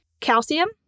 calcium